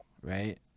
right